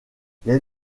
les